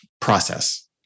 process